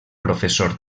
professor